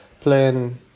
playing